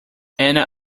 anna